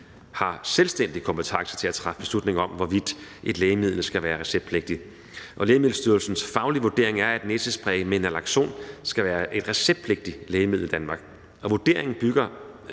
har selvstændig kompetence til at træffe beslutning om, hvorvidt et lægemiddel skal være receptpligtigt. Og Lægemiddelstyrelsens faglige vurdering er, at næsespray med naloxon skal være et receptpligtigt lægemiddel i Danmark,